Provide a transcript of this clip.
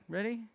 Ready